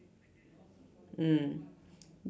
mm